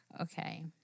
Okay